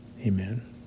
Amen